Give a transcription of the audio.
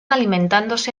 alimentándose